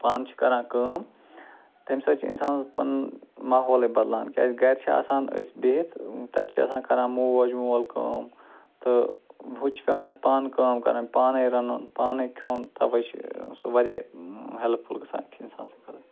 پانہٕ چھِ کَران کٲم تَمہِ سۭتۍ چھ اِنسانَس پَنُن ماحولٕے بدلان کیازِ گَرِ چھِ آسان أسۍ بِہِتھ تتہِ چھِ آسان کَران موج مول کٲم تہٕ ہُتہِ چھِ پٮ۪وان اَسہِ پانہٕ کٲم کَرٕنۍ پانَے رَنُن پانَے کھیوٚن تَوَے چھ سُہ واریاہ ہٮ۪لٕپفُل گَژھان أکِس اِنسان سٕنٛدۍ خٲطرٕ